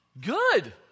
Good